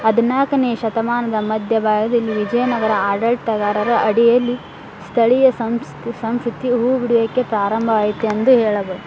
ಹದಿನಾಲ್ಕನೇ ಶತಮಾನದ ಮಧ್ಯಭಾಗದಲ್ಲಿ ವಿಜಯನಗರ ಆಡಳಿತಗಾರರ ಅಡಿಯಲ್ಲಿ ಸ್ಥಳೀಯ ಸಂಸ್ಥೆ ಸಂಶುತ್ತಿ ಹೂ ಬಿಡುವಿಕೆ ಪ್ರಾರಂಭವಾಯ್ತು ಎಂದು ಹೇಳಬೋದು